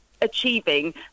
achieving